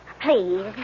Please